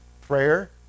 Prayer